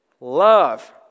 love